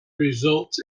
results